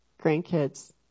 grandkids